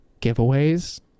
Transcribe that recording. giveaways